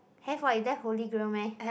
have what you there Holy Grail meh